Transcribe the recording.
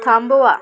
थांबवा